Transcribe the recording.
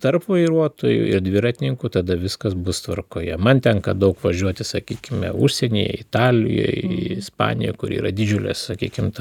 tarp vairuotojų ir dviratininkų tada viskas bus tvarkoje man tenka daug važiuoti sakykime užsienyje italijoj ispanijoj kur yra didžiulės sakykim tą